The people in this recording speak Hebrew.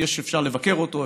אפשר לבקר אותו,